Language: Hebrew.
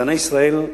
מדעני ישראל,